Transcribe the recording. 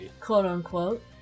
quote-unquote